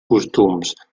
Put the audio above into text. costums